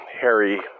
Harry